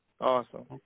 Awesome